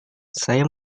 saya